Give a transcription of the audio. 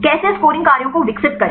कैसे स्कोरिंग कार्यों को विकसित करे